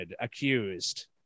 accused